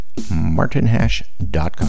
martinhash.com